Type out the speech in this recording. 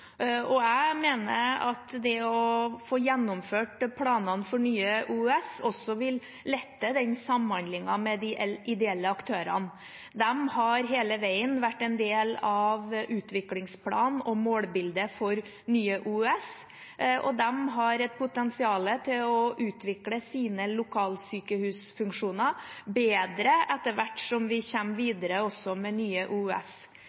Jeg mener at det å få gjennomført planene for Nye OUS også vil lette samhandlingen med de ideelle aktørene. De har hele veien vært en del av utviklingsplanen og målbildet for Nye OUS. De har et potensial til å utvikle sine lokalsykehusfunksjoner bedre etter hvert som vi